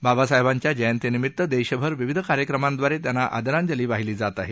बाबासाहेबांच्या जयंतीनिमित्त देशभर विविध कार्यक्रमांद्वारे त्यांना आदरांजली वाहिली जात आहे